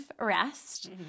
rest